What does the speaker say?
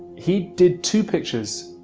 he did two pictures,